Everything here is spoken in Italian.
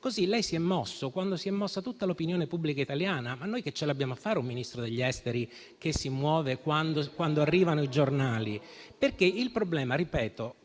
Così lei si è mosso quando si è mossa tutta l'opinione pubblica italiana, ma che ce l'abbiamo a fare un Ministro degli affari esteri che si muove quando arrivano i giornali? Conoscendo la diplomazia